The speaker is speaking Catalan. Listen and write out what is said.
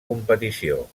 competició